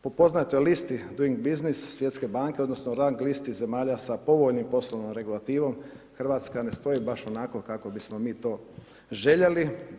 Po poznatoj listi DOING BUSINESS Svjetske banke odnosno rang listi zemalja sa povoljnim poslovnom regulativom RH ne stoji baš onako kako bismo mi to željeli.